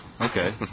Okay